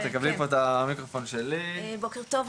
בוקר טוב,